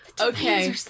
okay